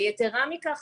יתרה מזאת,